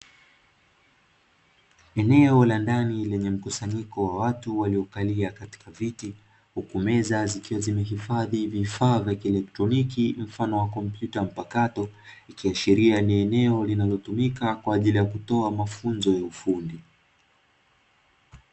Eneo la ndani lenye mkusanyiko wa watu waliokalia katika viti, huku meza zikiwa zimehifahdi vifaa vya kielektroniki mfano wa kompyuta mpakato, ikiashiria ni eneo linalotumika kwa ajili ya kutoa mafunzo ya ufundi.